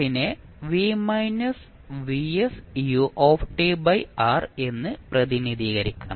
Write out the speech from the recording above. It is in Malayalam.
നെ എന്ന് പ്രതിനിധീകരിക്കാം